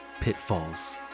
pitfalls